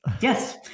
Yes